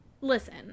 Listen